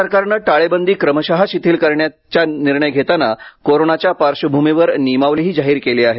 राज्य सरकारने टाळेबंदी क्रमश शिथिल करण्याचा निर्णय घेताना कोरोनाच्या पार्श्वभूमीवर नियमावलीही जाहीर केली आहे